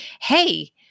Hey